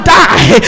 die